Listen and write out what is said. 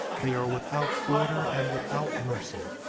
they are without order and without mercy.